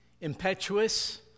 impetuous